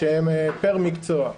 שהן פר מקצוע,